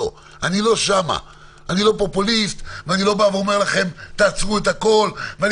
אם לא אכפת לך, אני אעצור אותך פה, ואני